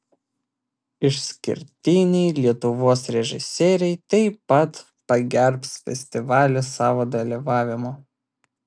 išskirtiniai lietuvos režisieriai taip pat pagerbs festivalį savo dalyvavimu